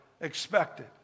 expected